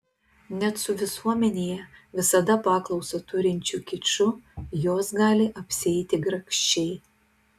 net su visuomenėje visada paklausą turinčiu kiču jos gali apsieiti grakščiai